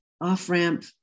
off-ramp